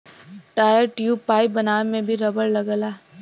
tyre, tube, pipe बनावे में भी रबड़ लगला